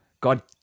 God